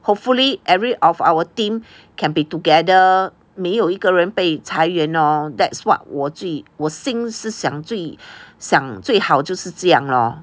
hopefully every of our team can be together 没有一个人被裁员 orh that's what 我最我心是想最想最好就是这样 lor